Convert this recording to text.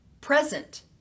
present